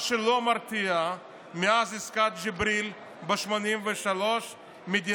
מה שלא מרתיע זה שמאז עסקת ג'בריל ב-1983 מדינת